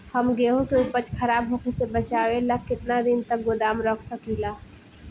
हम गेहूं के उपज खराब होखे से बचाव ला केतना दिन तक गोदाम रख सकी ला?